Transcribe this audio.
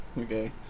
Okay